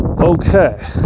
Okay